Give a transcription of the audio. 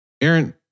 Aaron